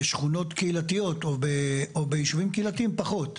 בשכונות קהילתיות או ביישובים קהילתיים פחות.